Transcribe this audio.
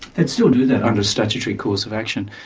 they'd still do that under statutory course of action.